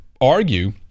argue